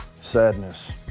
Sadness